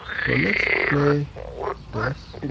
so let's play this